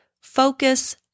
focus